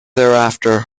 thereafter